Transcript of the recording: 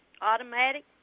automatic